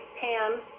PAM